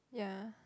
yeah